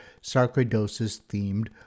sarcoidosis-themed